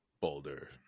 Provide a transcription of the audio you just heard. boulder